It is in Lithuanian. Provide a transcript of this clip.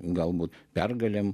galbūt pergalėm